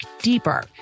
deeper